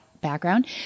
background